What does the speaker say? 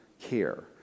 care